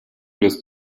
des